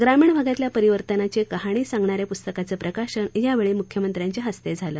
ग्रामीण भागातल्या परिवर्तनाची कहाणी सांगणा या पुस्ताकाचं प्रकाशन यावेळी मुख्यमंत्र्यांच्या हस्ते झालं